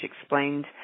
explained